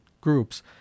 groups